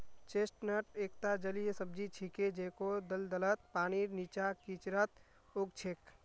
chestnut एकता जलीय सब्जी छिके जेको दलदलत, पानीर नीचा, कीचड़त उग छेक